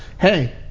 hey